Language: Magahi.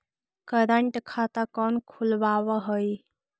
करंट खाता कौन खुलवावा हई